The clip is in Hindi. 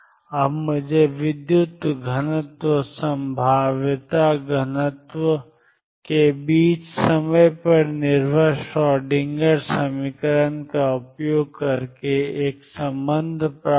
अब मुझे विद्युत घनत्व और संभाव्यता घनत्व के बीच समय पर निर्भर श्रोएडिंगर समीकरण का उपयोग करके एक संबंध प्राप्त करने दें